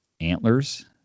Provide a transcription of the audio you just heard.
antlers